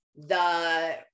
The